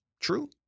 True